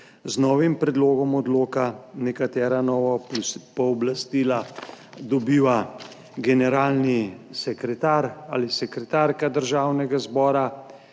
z novim predlogom odloka. Nekatera nova pooblastila dobiva generalni sekretar ali sekretarka Državnega zbora,